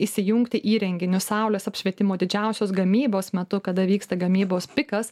įsijungti įrenginius saulės apšvietimo didžiausios gamybos metu kada vyksta gamybos pikas